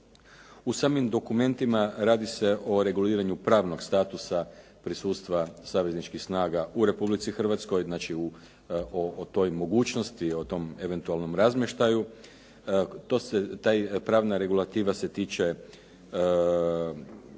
U samim dokumentima radi se o reguliranju pravnog statusa prisustva savezničkih snaga u Republici Hrvatskoj, znači o toj mogućnosti, o tom eventualnom razmještaju. Ta pravna regulativa se tiče